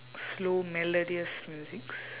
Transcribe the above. slow melodious music